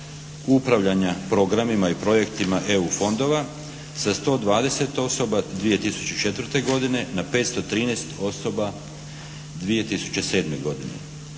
upravljanja programima i projektima EU fondova sa 120 osoba 2004. godine na 513 osoba 2007. godine.